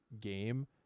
game